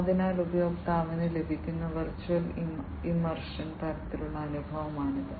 അതിനാൽ ഉപയോക്താവിന് ലഭിക്കുന്ന വെർച്വൽ ഇമ്മർഷൻ തരത്തിലുള്ള അനുഭവമാണിത്